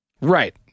right